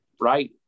right